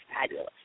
fabulous